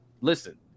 listen